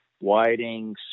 whiting